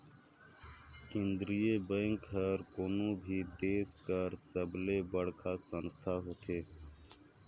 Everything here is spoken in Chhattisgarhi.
केंद्रीय बेंक हर कोनो भी देस कर सबले बड़खा संस्था होथे